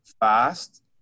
fast